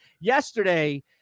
yesterday